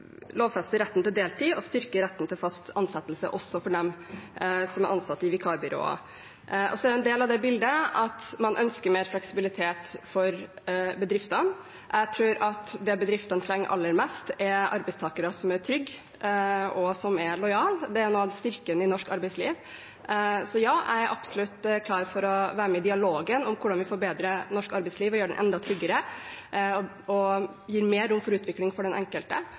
lovfeste retten til deltid og styrke retten til fast ansettelse også for dem som er ansatt i vikarbyråer. En del av det bildet er at man ønsker mer fleksibilitet for bedriftene. Jeg tror det bedriftene trenger aller mest, er arbeidstakere som er trygge og lojale. Det er noe av styrken i norsk arbeidsliv. Ja, jeg er absolutt klar for å være med i dialogen om hvordan vi forbedrer norsk arbeidsliv, gjør det enda tryggere og gir mer rom for utvikling for den enkelte.